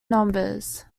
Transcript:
numbers